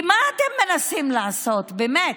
כי מה אתם מנסים לעשות, באמת?